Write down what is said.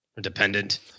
Dependent